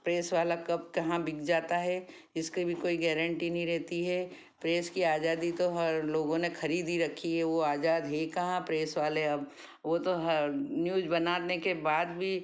press वाला कब कहाँ बिक जाता है इसके भी कोई गैरेंटी नहीं रहती है प्रेस की आजादी तो हर लोगों ने खरीद ही रखी है वो आजाद ही कहा प्रेस वाले अब वो तो हर न्यूज बनाने के बाद भी